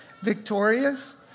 victorious